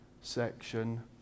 section